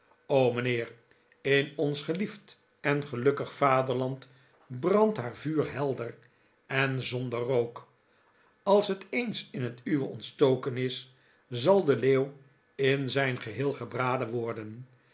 mijnheer in ons geliefd en gelukkig vaderland brandt haar vuur helder en zonder rook als het eens in het uwe ontstoken is zal de leeuw in zijn geheel gebraden wordem